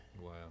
wow